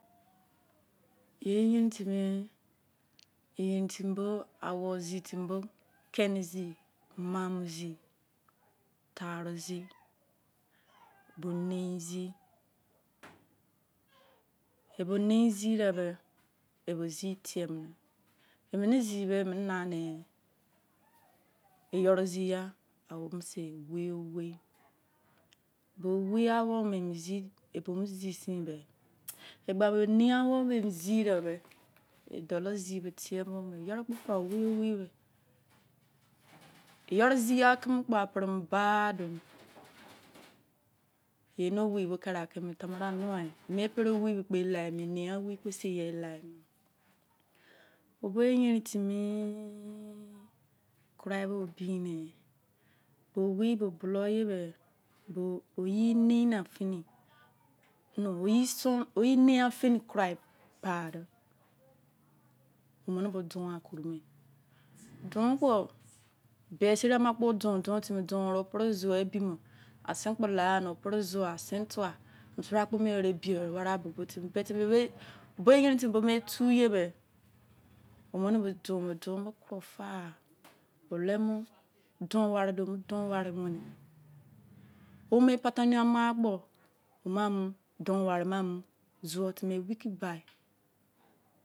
Ye yerin timi!! Yerin timi bo awou zi timi bo, keni zi mamii zi, taru zi, bo nei zi bo nei zi debe, e bo zi tie mune. emene zi be, emene nane eyoror zi agha awou bo se owei owei. bo owel ya awou bo emu zi sine be egbamo me nei awou bo emo zi sine be, e dalor zi bo tie mu me. eyoro kpo fa, owei owei be eyoro zi ya keme kpo apere mo bagha done ye no owei bo kere ake mu mei tamarau nua e̠ e ke pere owei bo kpo elai mume nei-an owei kpo seiya, elai me o̠ bo eyerin timi! Kurai bo bo bine, bo owei bo, bulor ye be, bo oyi-nina-fini no, oyi nei-an fini kurai pa dor omene bo don wan koro be don kpo, be seriama kpo don don time, opere zuwor ebimo. asen kpo lagha ni opere zuwor asen tuwa mese bra kpo mie were ebi were ware bo bo timi me. beti bo me too ye be, omene bo don me, don me kuro fa, o le mu don ware do mu don wave wene. o me pa-tani-ama kpo, o ma mu don ware ma'mu zuwor timi wiki bai